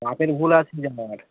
মাপের ভুল আছে জামার